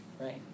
right